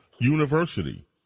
University